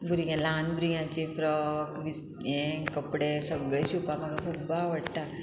भुरग्यांक ल्हान भुरग्यांचे फ्रॉक बिस् हें कपडे सगळे शिवपाक म्हाका खूब आवडटा